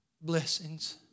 blessings